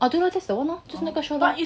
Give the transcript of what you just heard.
oh 对 lor that's the one 就是那个 show lor